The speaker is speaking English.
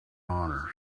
honor